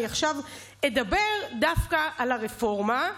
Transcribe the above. אני עכשיו אדבר דווקא על הרפורמה,